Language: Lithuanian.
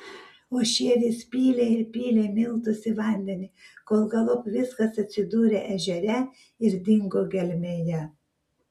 o šie vis pylė ir pylė miltus į vandenį kol galop viskas atsidūrė ežere ir dingo gelmėje